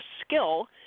skill